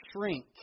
shrink